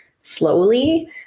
slowly